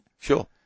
Sure